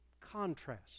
contrast